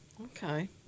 Okay